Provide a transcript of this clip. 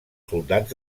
soldats